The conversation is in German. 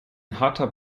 harter